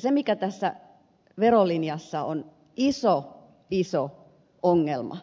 se mikä tässä verolinjassa on iso iso ongelma